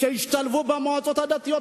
שישתלבו במועצות הדתיות.